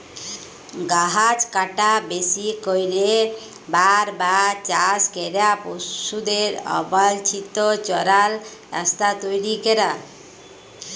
গাহাচ কাটা, বেশি ক্যইরে বার বার চাষ ক্যরা, পশুদের অবাল্ছিত চরাল, রাস্তা তৈরি ক্যরা